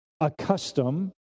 accustomed